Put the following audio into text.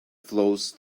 flows